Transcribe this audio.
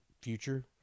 future